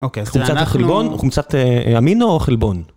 אוקיי. חומצת החלבון, חומצת אמינו או חלבון?